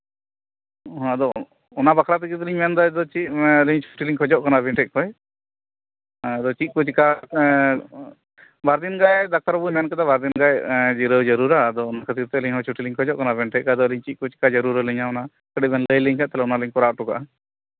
ᱚᱱᱟᱫᱚ ᱚᱱᱟ ᱵᱟᱠᱷᱨᱟ ᱛᱮᱜᱮᱞᱤᱧ ᱢᱮᱱᱫᱟ ᱪᱮᱫ ᱨᱮᱥᱴ ᱞᱤᱧ ᱠᱷᱚᱡᱚᱜ ᱠᱟᱱᱟ ᱟᱵᱮᱱ ᱴᱷᱮᱱ ᱠᱷᱚᱡ ᱟᱨ ᱪᱮᱫ ᱠᱚ ᱪᱤᱠᱟ ᱦᱮᱸ ᱵᱟᱵᱤᱱ ᱫᱟᱲᱮᱭᱟᱜᱼᱟ ᱰᱟᱠᱛᱟᱨ ᱵᱟᱹᱵᱩᱭ ᱢᱮᱱᱠᱟᱫᱟ ᱵᱟᱨᱫᱤᱱ ᱜᱟᱡ ᱡᱤᱨᱟᱹᱣ ᱡᱟᱹᱨᱩᱲᱟ ᱟᱫᱚ ᱚᱱᱟ ᱠᱷᱟᱹᱛᱤᱨᱛᱮ ᱪᱷᱩᱴᱤ ᱞᱤᱧ ᱠᱷᱚᱡᱚᱜ ᱠᱟᱱᱟ ᱟᱵᱮᱱ ᱴᱷᱮᱱ ᱠᱷᱚᱡ ᱟᱞᱤᱧ ᱪᱮᱫ ᱠᱚ ᱪᱤᱠᱟ ᱡᱟᱹᱨᱩᱲ ᱟᱹᱞᱤᱧᱟ ᱠᱟᱹᱴᱤᱡ ᱞᱟᱹᱭ ᱟᱹᱞᱤᱧ ᱠᱷᱟᱱ ᱚᱱᱟᱞᱤᱧ ᱠᱚᱨᱟᱣ ᱦᱚᱴᱚ ᱠᱟᱜᱼᱟ